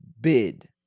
bid